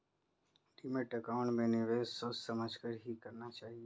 demat account में निवेश सोच समझ कर ही करना चाहिए